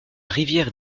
rivière